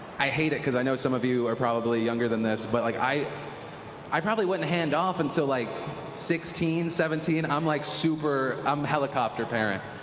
i hate it because i know some of you are probably younger than this. but like i i probably wouldn't handoff until like sixteen, seventeen. i'm like a um helicopter parent.